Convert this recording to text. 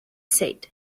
said